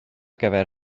gyfer